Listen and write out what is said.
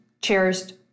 cherished